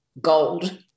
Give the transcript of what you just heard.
gold